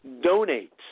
donate